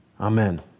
Amen